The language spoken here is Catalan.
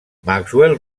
maxwell